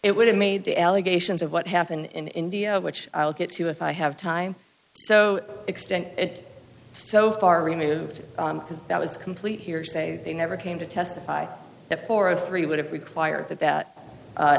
it would have made the allegations of what happened in india which i'll get to if i have time so extend it so far removed that was complete hearsay they never came to testify before a three would have required that that